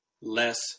less